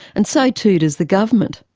and so too does the government.